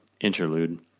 interlude